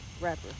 rapper